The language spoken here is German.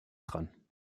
dran